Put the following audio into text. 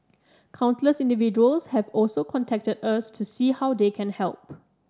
countless individuals have also contacted us to see how they can help